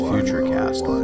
FutureCast